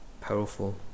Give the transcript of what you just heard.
powerful